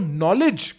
knowledge